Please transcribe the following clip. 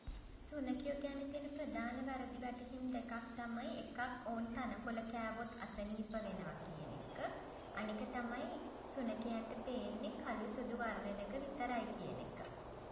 සුනඛයෝ ගැන තියෙන ප්‍රධාන වැරදි වැටහීම් දෙකක් තමයි එකක් ඔවුන් තණකොළ කෑවොත් අසනීප වෙනවා කියන එක. අනික තමයි සුනඛයන්ට පෙන්නේ කළු සුදු වර්ණ දෙක විතරයි කියන එක.